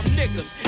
niggas